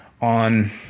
on